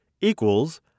equals